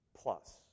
plus